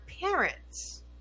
parents